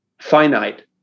finite